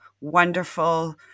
wonderful